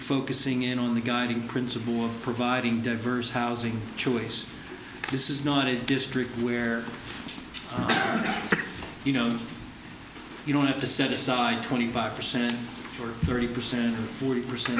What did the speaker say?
focusing in on the guiding principle of providing diverse housing choice this is not a district where you know you don't have to set aside twenty five percent or thirty percent forty percent